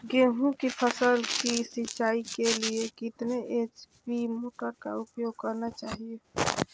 गेंहू की फसल के सिंचाई के लिए कितने एच.पी मोटर का उपयोग करना चाहिए?